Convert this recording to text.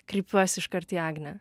kreipiuos iškart į agnę